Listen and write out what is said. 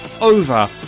over